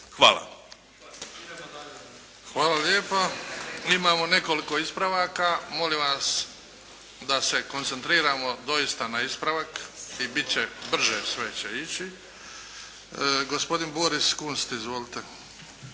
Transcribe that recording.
(HDZ)** Hvala lijepa. Imamo nekoliko ispravaka. Molim vas da se koncentriramo doista na ispravak i bit će brže, sve će ići. Gospodin Boris Kunst. Izvolite.